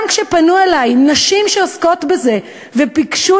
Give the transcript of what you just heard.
גם כשפנו אלי נשים שעוסקות בזה וביקשו